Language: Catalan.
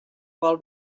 vol